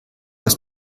aus